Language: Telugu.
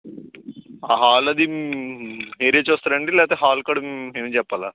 హాల్ అది మీరు చూస్తారా అండి లేకపోతే హాల్ కూడా మేము చెప్పాల